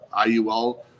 IUL